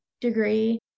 degree